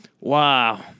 Wow